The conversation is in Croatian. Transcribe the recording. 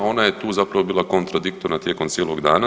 Ona je tu zapravo bila kontradiktorna tijekom cijelog dana.